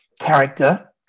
character